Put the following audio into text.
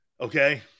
okay